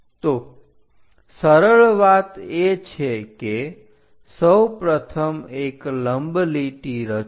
તો સરળ વાત એ છે કે સૌપ્રથમ એક લંબ લીટી રચો